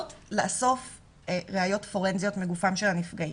לאסוף ראיות פורנזיות מגופם של הנפגעים,